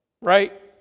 right